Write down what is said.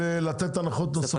מה זה קשור ללתת הנחות נוספות?